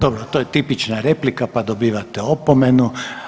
Dobro, to je tipična replika, pa dobivate opomenu.